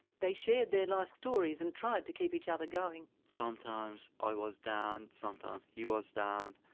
they shared their life stories, and tried to keep each other going. sometimes i was down, sometimes he was down,